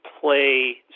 play